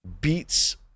beats